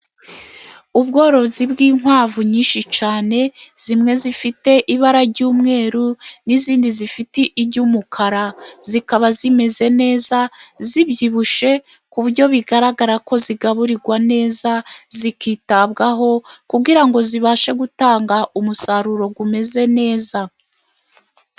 Ubworozi bw'inkwavu nyinshi cyane, zimwe zifite ibara ry'umweru n'izindi zifite iry'umukara, zikaba zimeze neza zibyibushye, ku buryo bigaragara ko zigaburirwa neza, zikitabwaho kugira ngo zibashe gutanga umusaruro umeze neza.